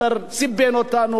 בסוף לא יצא שום דבר.